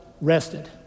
rested